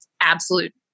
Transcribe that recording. absolute